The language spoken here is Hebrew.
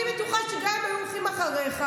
אני בטוחה שגם אם היו הולכים אחריך,